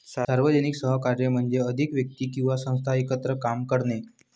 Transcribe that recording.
सार्वजनिक सहकार्य म्हणजे अधिक व्यक्ती किंवा संस्था एकत्र काम करणे